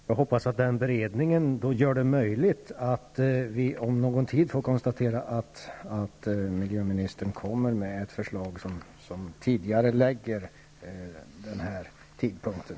Herr talman! Jag hoppas att den beredningen gör det möjligt för oss att om någon tid konstatera att miljöministern kommer med ett förslag som tidigarelägger den här tidpunkten.